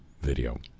video